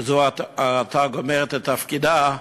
שזה עתה גומרת את תפקידה,